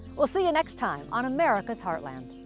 we'll see you next time. on america's heartland.